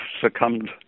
succumbed